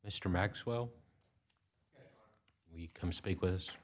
mr maxwell we come speak w